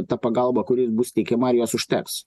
ta pagalba kuri bus teikiama ir jos užteks